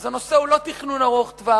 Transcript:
אז הנושא הוא לא תכנון ארוך-טווח,